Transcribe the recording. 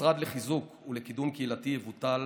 המשרד לחיזוק ולקידום קהילתי יבוטל